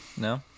no